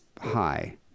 high